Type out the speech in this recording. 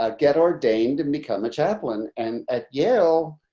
ah get ordained and become a chaplain and at yale.